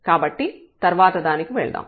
కాబట్టి తర్వాత దానికి వెళ్దాం